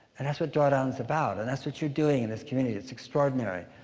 and that's what drawdown is about and that's what you're doing in this community. it's extraordinary.